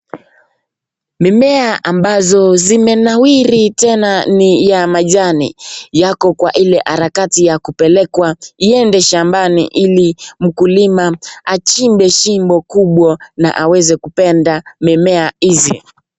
Mimea ambazo zimenawiri tena ni ya majani. Yako kwa ile harakati ya kupelekwa iende shambani ili mkulima achimbe shimo kubwa na aweze kupanda mimea hizi.